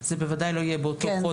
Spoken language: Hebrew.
זה בוודאי לא יהיה באותו חודש.